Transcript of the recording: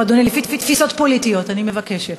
לפי תפיסות פוליטיות, אני מבקשת.